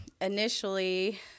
initially